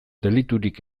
deliturik